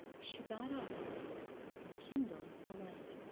she got up and kindled a light,